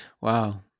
Wow